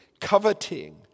coveting